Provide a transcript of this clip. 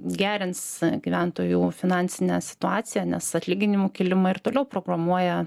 gerins gyventojų finansinę situaciją nes atlyginimų kilimą ir toliau programuoja